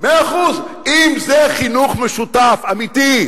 מאה אחוז, אם זה חינוך משותף אמיתי,